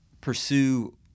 pursue